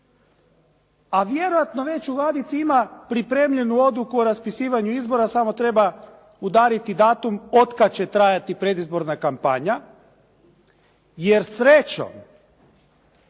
A vjerojatno već u ladici ima pripremljenu odluku o raspisivanju izbora samo treba udariti datum od kad će trajati predizborna kampanja jer srećom